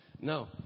no